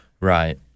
Right